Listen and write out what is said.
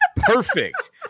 Perfect